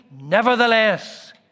nevertheless